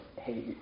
Hey